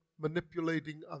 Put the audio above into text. manipulating